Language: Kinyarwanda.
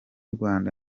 rwanda